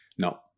No